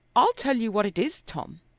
i'll tell you what it is, tom.